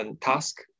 Task